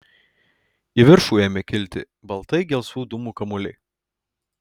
į viršų ėmė kilti baltai gelsvų dūmų kamuoliai